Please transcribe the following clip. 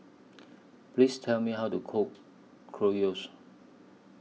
Please Tell Me How to Cook Gyros